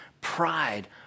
Pride